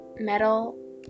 metal